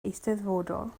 eisteddfodol